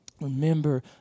Remember